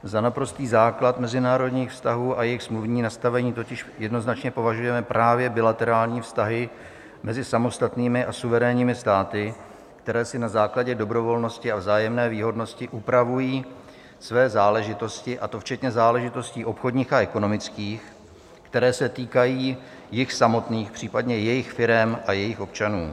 Za naprostý základ mezinárodních vztahů a jejich smluvní nastavení totiž jednoznačně považujeme právě bilaterární vztahy mezi samostatnými a suverénními státy, které si na základě dobrovolnosti a vzájemné výhodnosti upravují své záležitosti, a to včetně záležitostí obchodních a ekonomických, které se týkají jich samotných, případně jejich firem a jejich občanů.